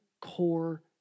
core